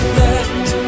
let